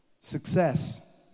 Success